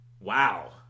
Wow